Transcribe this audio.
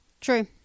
True